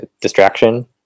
distraction